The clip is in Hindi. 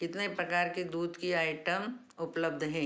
कितने प्रकार के दूध के आइटम उपलब्ध हैं